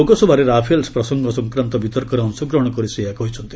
ଲୋକସଭାରେ ରାଫେଲ ପ୍ରସଙ୍ଗ ସଂକ୍ରାନ୍ତ ବିତର୍କରେ ଅଂଶଗ୍ରହଣ କରି ସେ ଏହା କହିଛନ୍ତି